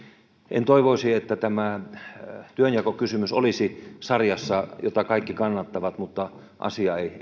en toivoisi että tämä työnjakokysymys olisi sarjassa jota kaikki kannattavat mutta asia ei